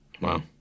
Wow